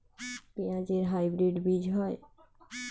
পেঁয়াজ এর কি হাইব্রিড বীজ হয়?